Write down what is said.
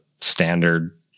standard